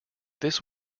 this